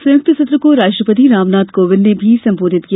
संयुक्त सत्र को राष्ट्रपति रामनाथ कोविंद ने भी संबोधित किया